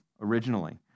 originally